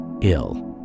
ill